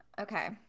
Okay